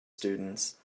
students